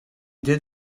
did